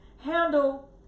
handle